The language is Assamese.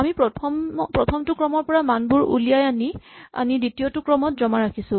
আমি প্ৰথমটো ক্ৰমৰ পৰা মানবোৰ উলিয়াই আনি আনি দ্বিতীয়টো ক্ৰমত জমা ৰাখিছো